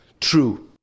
true